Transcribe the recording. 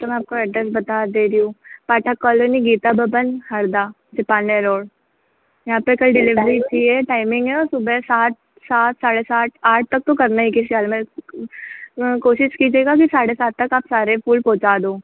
तो मैं आपको एड्रैस बता दे रही हूँ पाठक कॉलोनी गीता भवन हरदा निपानिया रोड यहाँ पर कल डिलीवरी चाहिए टाइमिंग है और सुबह सात साढ़े सात आठ तक तो करना ही है किसी हाल में कोशिश कीजिएगा कि साढ़े सात तक आप सारे फूल पहुँचा दो